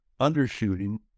undershooting